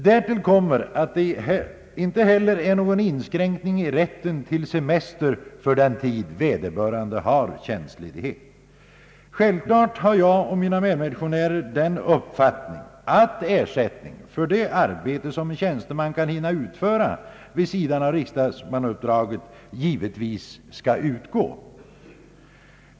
Därtill kommer att det inte heller görs någon inskränkning i rätten till semester för den tid vederbörande har tjänstledighet. Självfallet har jag och mina medmotionärer den uppfattningen att ersättning för det arbete som en tjänsteman kan hinna utföra vid sidan om riksdagsmannaarbetet skall utgå.